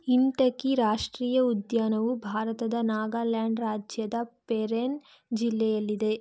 ಇಂಟಂಕಿ ರಾಷ್ಟ್ರೀಯ ಉದ್ಯಾನವು ಭಾರತದ ನಾಗಾಲ್ಯಾಂಡ್ ರಾಜ್ಯದ ಪೆರೆನ್ ಜಿಲ್ಲೆಯಲ್ಲಿದೆ